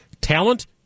Talent